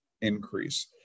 increase